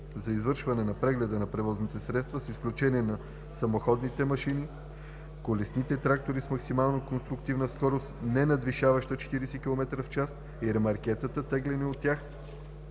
за извършване на прегледа на превозните средства, с изключение на самоходните машини, колесните трактори с максимална конструктивна скорост, ненадвишаваща 40 км/ч и ремаркетата, теглени от тях,